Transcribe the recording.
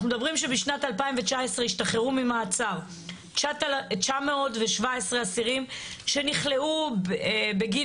אנחנו מדברים שבשנת 2019 השתחררו ממעצר 917 אסירים שנכלאו בגין